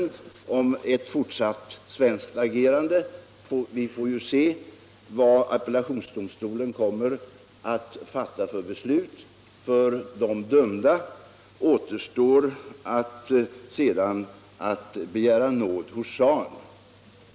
När det gäller ett fortsatt svenskt agerande får vi se vilket beslut appellationsdomstolen kommer att fatta. För de dömda återstår då eventuellt att begära nåd hos schahen.